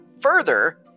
Further